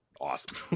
awesome